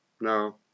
No